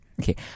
Okay